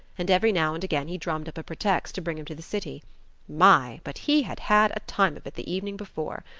and every now and again he drummed up a pretext to bring him to the city my! but he had had a time of it the evening before!